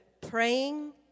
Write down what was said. praying